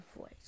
voice